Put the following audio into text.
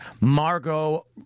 Margot